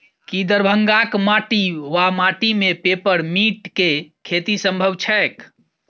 की दरभंगाक माटि वा माटि मे पेपर मिंट केँ खेती सम्भव छैक?